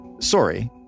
sorry